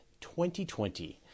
2020